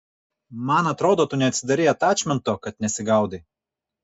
man atrodo tu neatsidarei atačmento kad nesigaudai